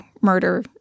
murder